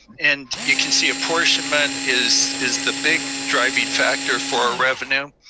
and you can see apportionment is is the big driving factor for our revenue,